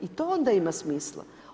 I to onda ima smisla.